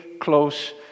close